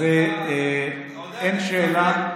שאין שאלה.